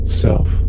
self